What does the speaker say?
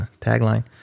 tagline